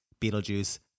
Beetlejuice